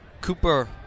Cooper